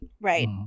right